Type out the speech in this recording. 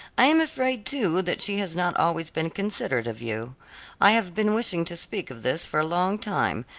i am afraid, too, that she has not always been considerate of you i have been wishing to speak of this for a long time,